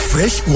Fresh